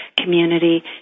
community